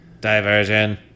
Diversion